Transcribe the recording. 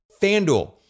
FanDuel